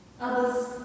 Others